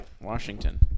Washington